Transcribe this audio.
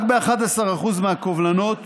רק ב-11% מהקובלנות